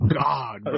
god